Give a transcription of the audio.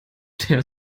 der